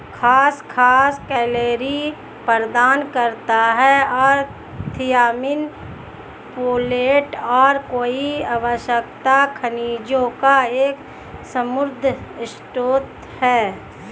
खसखस कैलोरी प्रदान करता है और थियामिन, फोलेट और कई आवश्यक खनिजों का एक समृद्ध स्रोत है